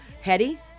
Hetty